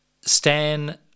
Stan